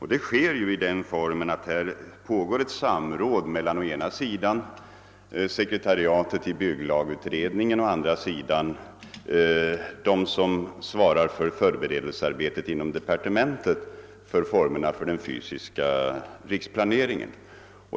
Här pågår också ett samråd mellan å ena sidan bygglagutredningens sekretariat och å andra sidan dem som inom departementet svarar för förberedelsearbetet om formerna för den fysiska riksplaneringen.